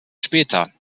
später